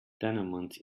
tenements